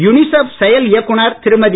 UNICEF செயல் இயக்குனர் திருமதி